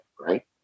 right